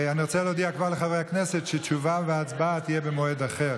אני רוצה להודיע לחברי הכנסת שתשובה והצבעה תהיינה במועד אחר.